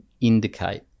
indicate